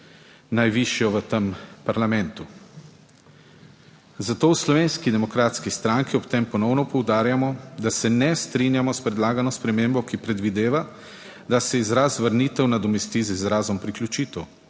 najvišjo v tem parlamentu. Zato v Slovenski demokratski stranki ob tem ponovno poudarjamo, da se ne strinjamo s predlagano spremembo, ki predvideva, da se izraz vrnitev nadomesti z izrazom priključitev,